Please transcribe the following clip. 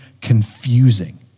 confusing